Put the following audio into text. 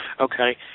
Okay